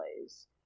plays